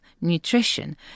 nutrition